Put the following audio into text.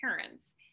parents